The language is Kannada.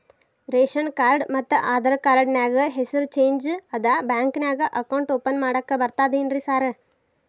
ರೇಶನ್ ಕಾರ್ಡ್ ಮತ್ತ ಆಧಾರ್ ಕಾರ್ಡ್ ನ್ಯಾಗ ಹೆಸರು ಚೇಂಜ್ ಅದಾ ಬ್ಯಾಂಕಿನ್ಯಾಗ ಅಕೌಂಟ್ ಓಪನ್ ಮಾಡಾಕ ಬರ್ತಾದೇನ್ರಿ ಸಾರ್?